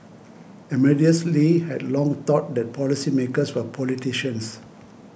Amadeus Lee had long thought that policymakers were politicians